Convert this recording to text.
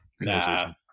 Nah